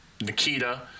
Nikita